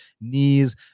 knees